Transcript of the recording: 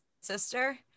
sister